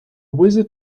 wizard